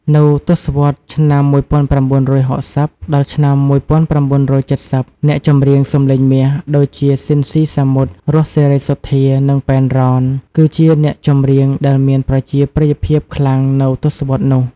នៅទសវត្សរ៍ ឆ្នាំ ១៩៦០ ដល់ ឆ្នាំ ១៩៧០ អ្នកចម្រៀងសម្លេងមាស ដូចជា ស៊ីន ស៊ីសាមុត, រស់ សេរីសុទ្ធា, និង ប៉ែន រ៉នគឹជាអ្នកចម្រៀងដែលមានប្រជាប្រិយភាពខ្លាំងនៅទសត្សរ៍នោះ។